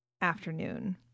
afternoon